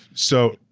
so,